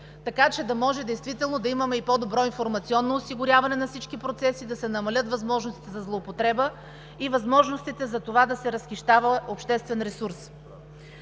така че да може действително да имаме и по-добро информационно осигуряване на всички процеси, да се намалят възможностите за злоупотреба и възможностите за това да се разхищава обществен ресурс.